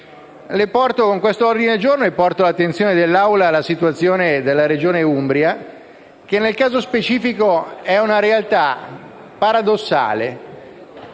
Ventennio. Con questo ordine del giorno porto all'attenzione dell'Assemblea la situazione della Regione Umbria, che nel caso specifico è una realtà paradossale: